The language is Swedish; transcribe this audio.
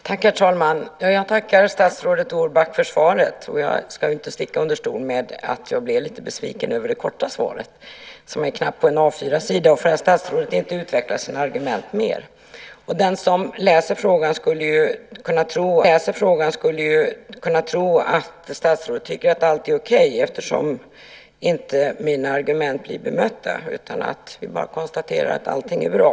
Herr talman! Jag tackar statsrådet Orback för svaret. Jag ska inte sticka under stol med att jag blev lite besviken över det korta svaret, som är på knappt en A 4-sida, och för att statsrådet inte utvecklar sina argument mer. Den som läser frågan skulle ju kunna tro att statsrådet tycker att allt är okej eftersom mina argument inte blir bemötta. Här konstateras bara att allting är bra.